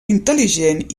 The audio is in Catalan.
intel·ligent